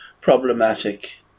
problematic